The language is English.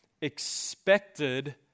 expected